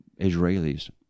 Israelis